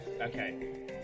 Okay